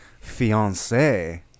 fiance